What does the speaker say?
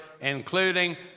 including